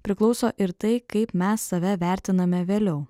priklauso ir tai kaip mes save vertiname vėliau